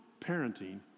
parenting